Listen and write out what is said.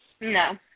No